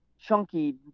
chunky